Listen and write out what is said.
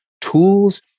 tools